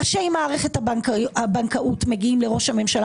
ראשי מערכת הבנקאות מגיעיים לראש הממשלה